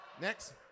Next